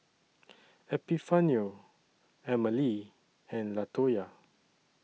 Epifanio Emmalee and Latoya